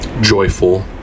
joyful